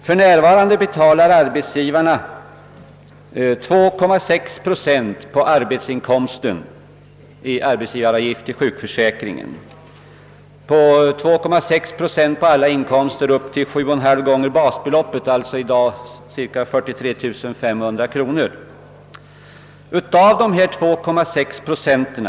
För närvarande betalar arbetsgivarna 2,6 procent på alla arbetsinkomster upp till 7,5 gånger basbeloppet — alltså i dag cirka 43 500 kronor — i arbetsgivaravgift till sjukförsäkringen.